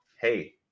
hey